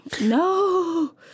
No